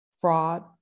fraud